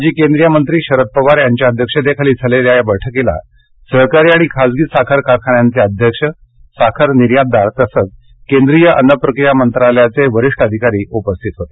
माजी केंद्रीय मंत्री शरद पवार यांच्या अध्यक्षतेखाली झालेल्या या बैठकीला सहकारी आणि खासगी साखर कारखान्यांचे अध्यक्ष साखर निर्यातदार तसंच केंद्रीय अन्न प्रक्रिया मंत्रालयाचे वरिष्ठ अधिकारी उपस्थित होते